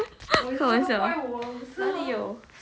他 find 我 siao